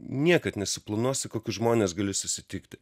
niekad nesuplanuosi kokius žmones gali susitikti